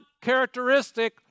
characteristic